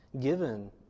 given